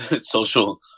social